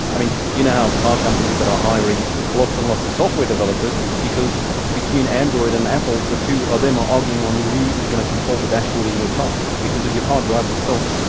i mean, you now have car companies that are hiring lots and lots of software developers because between android and apple the two of them are arguing on who is going to control the dashboard in your car. because if your car drives itself,